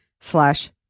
slash